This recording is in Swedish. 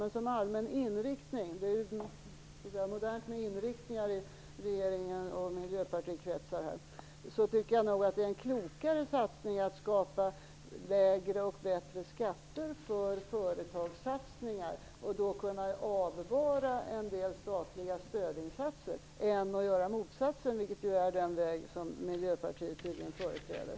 Men som allmän inriktning - det är modernt med inriktningar i regerings och miljöpartikretsar - tycker jag nog att det är en klokare satsning att skapa lägre och bättre skatter för företagssatsningar och kunna avvara en del statliga stödinsatser än att göra motsatsen, vilket är den väg som Miljöpartiet tydligen företräder.